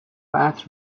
عطر